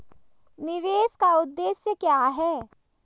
निवेश का उद्देश्य क्या है?